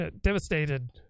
devastated